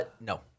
No